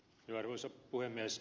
arvoisa puhemies